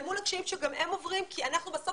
אל מול הקשיים שגם הם עוברים כי אנחנו בסוף